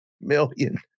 million